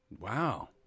Wow